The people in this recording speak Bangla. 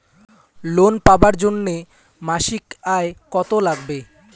লোন পাবার জন্যে মাসিক আয় কতো লাগবে?